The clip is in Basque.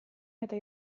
eta